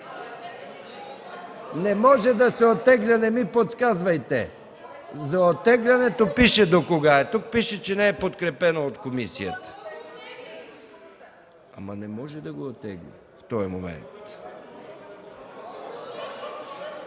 Не може да го оттегли, не ми подсказвайте. За оттеглянето пише до кога е. А тук пише, че не е подкрепено от комисията. (Реплика.) Не може да го оттегли в този момент.